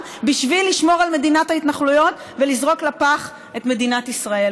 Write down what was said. בשביל לשמור על מדינת ההתנחלויות ולזרוק לפח את מדינת ישראל.